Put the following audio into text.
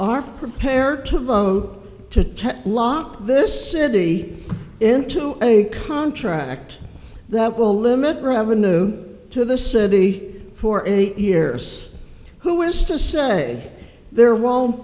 are prepared to vote to lock this city into a contract that will limit revenue to the city for eight years who is to say there won't